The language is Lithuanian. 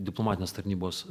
diplomatinės tarnybos